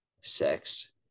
sex